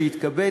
שיתכבד,